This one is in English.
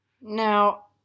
Now